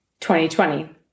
2020